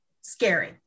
Scary